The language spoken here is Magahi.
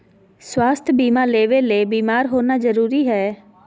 स्वास्थ्य बीमा लेबे ले बीमार होना जरूरी हय?